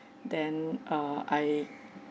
then uh I